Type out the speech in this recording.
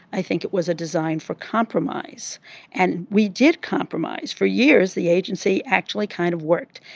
i think it was a design for compromise and we did compromise. for years the agency actually kind of worked.